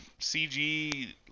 CG